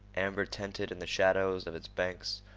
amber-tinted in the shadow of its banks,